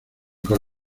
con